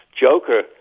Joker